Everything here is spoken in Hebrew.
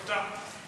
תודה.